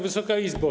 Wysoka Izbo!